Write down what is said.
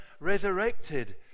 resurrected